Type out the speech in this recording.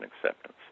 acceptance